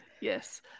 Yes